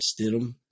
Stidham